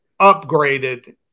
upgraded